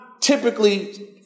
typically